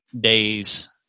days